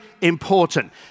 important